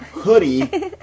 hoodie